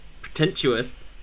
Pretentious